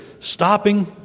stopping